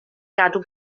gadw